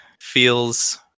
feels